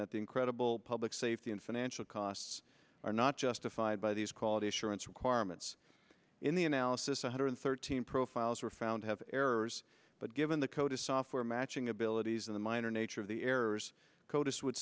the incredible public safety and financial costs are not justified by these quality assurance requirements in the analysis one hundred thirteen profiles were found to have errors but given the code of software matching abilities in the minor nature of the errors codice would